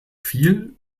viel